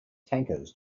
tankers